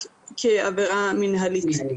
אלא רק כעבירה מנהלית.